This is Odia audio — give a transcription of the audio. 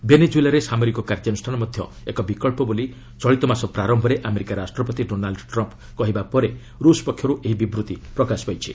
ଭେନେଜୁଏଲାରେ ସାମରିକ କାର୍ଯ୍ୟାନୃଷ୍ଣାନ ମଧ୍ୟ ଏକ ବିକଳ୍ପ ବୋଲି ଚଳିତ ମାସ ପ୍ରାରମ୍ଭରେ ଆମେରିକା ରାଷ୍ଟପତି ଡୋନାଲୁ ଟ୍ମ୍ କହିବା ପରେ ରୁଷ ପକ୍ଷରୁ ଏହି ବିବୃଭି ପ୍ରକାଶ ପାଇଛି